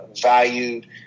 valued